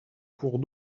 cours